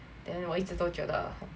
then 我一直都觉得